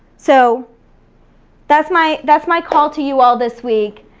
so that's my that's my call to you all this week,